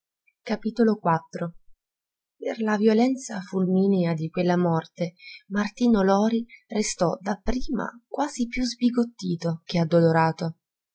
a cinque giorni moriva per la violenza fulminea di quella morte martino lori restò dapprima quasi più sbigottito che addolorato